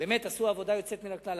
באמת עשו עבודה יוצאת מן הכלל.